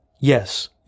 Yes